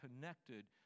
connected